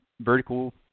vertical